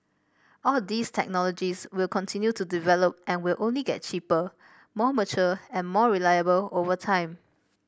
all these technologies will continue to develop and will only get cheaper more mature and more reliable over time